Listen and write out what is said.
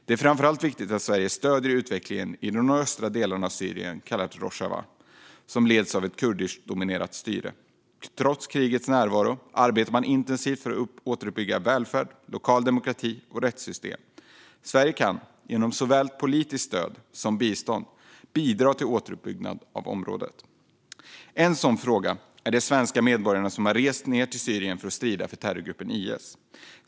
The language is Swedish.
Det är framför allt viktigt att Sverige stöder utvecklingen i de nordöstra delarna av Syrien kallat Rojava, som leds av ett kurdiskdominerat styre. Trots krigets närvaro arbetar man intensivt för att återuppbygga välfärd, lokal demokrati och rättssystem. Sverige kan genom såväl politiskt stöd som bistånd bidra till återuppbyggandet av området. En fråga handlar om de svenska medborgare som rest ned till Syrien för att strida för terrorgruppen IS.